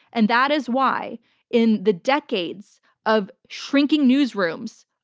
and that is why in the decades of shrinking newsrooms,